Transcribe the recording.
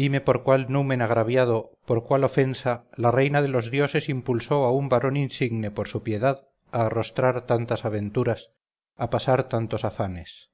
dime por cuál numen agraviado por cuál ofensa la reina de los dioses impulsó a un varón insigne por su piedad a arrostrar tantas aventuras a pasar tantos afanes